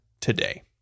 today